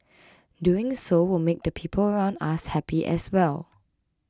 doing so will make the people around us happy as well